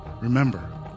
remember